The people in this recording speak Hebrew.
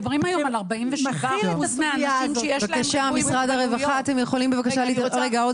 אדם שהוא גם חירש